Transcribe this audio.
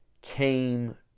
came